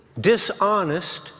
dishonest